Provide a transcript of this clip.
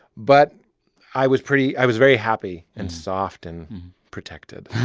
but i was pretty i was very happy and soft and protected.